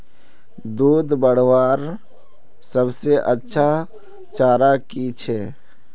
दूध बढ़वार सबसे अच्छा चारा की छे?